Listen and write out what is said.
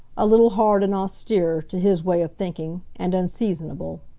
a little hard and austere, to his way of thinking, and unseasonable.